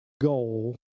goal